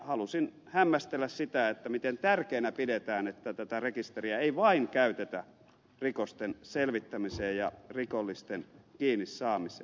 halusin hämmästellä sitä miten tärkeänä pidetään sitä että tätä rekisteriä ei vain käytetä rikosten selvittämiseen ja rikollisten kiinnisaamiseen